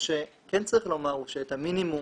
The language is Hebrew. את המינימום,